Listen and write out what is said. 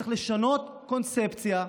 צריך לשנות קונספציה.